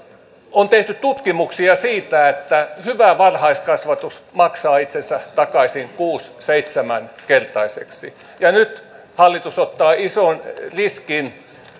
on tehty tutkimuksia siitä että hyvä varhaiskasvatus maksaa itsensä takaisin kuusi viiva seitsemän kertaisesti ja nyt hallitus ottaa ison riskin